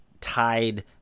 tied